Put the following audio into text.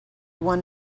one